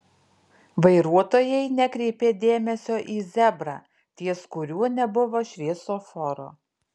vairuotojai nekreipė dėmesio į zebrą ties kuriuo nebuvo šviesoforo